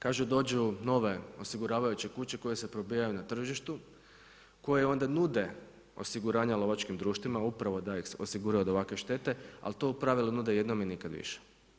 Kaže dođu nove osiguravajuće kuće koje se probijaju na tržištu, koje onda nude osiguranja lovačkim društvima upravo da ih osigura od ovakve štete, ali to u pravilu nude jednom i nikad više.